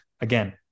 Again